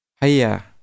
haya